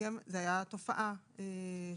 זו הייתה תופעה שקרתה.